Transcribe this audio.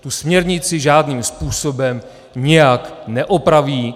Tu směrnici žádným způsobem nijak neopraví.